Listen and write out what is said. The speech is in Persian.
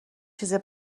چیزی